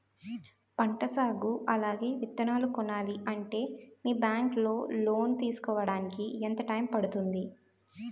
పంట సాగు అలాగే విత్తనాలు కొనాలి అంటే మీ బ్యాంక్ లో లోన్ తీసుకోడానికి ఎంత టైం పడుతుంది?